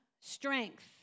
strength